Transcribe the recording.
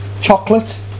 Chocolate